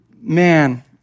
Man